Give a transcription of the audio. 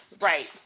Right